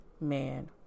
man